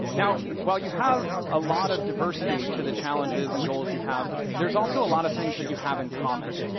now, while you have a lot of diversity to the challenges and goals you have, there's also a lot of things that you have in common,